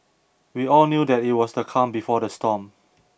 we all knew that it was the calm before the storm